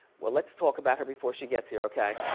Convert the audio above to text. well, let's talk about her before she gets here, okay?